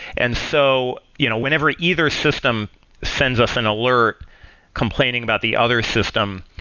and so you know whenever either system sends us an alert complaining about the other system,